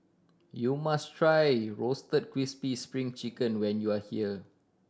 you must try Roasted Crispy Spring Chicken when you are here